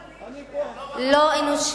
רבותי, לא להפריע.